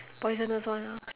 poisonous one ah